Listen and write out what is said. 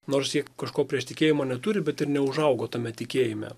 nors jie kažko prieš tikėjimą neturi bet ir neužaugo tame tikėjime